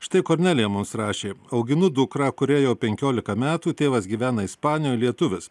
štai kornelija mums rašė auginu dukrą kuriai jau penkiolika metų tėvas gyvena ispanijoj lietuvis